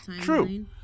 true